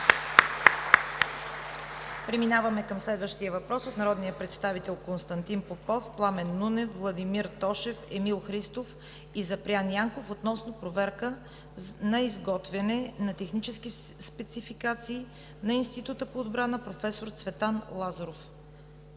Преминаваме към следващия въпрос от народните представители: Константин Попов, Пламен Нунев, Владимир Тошев, Емил Христов и Запрян Янков, относно проверка на изготвяне на технически спецификации на Института по отбрана „Професор Цветан Лазаров“.